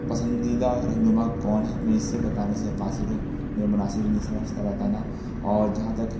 پنسدیدہ رہنما کون ہے میں اسے بتانے سے قاصر ہوں میں مناسب نہیں سمجھتا بتانا اور جہاں تک